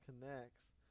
connects